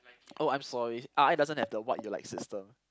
oh I'm sorry R_I doesn't have to avoid system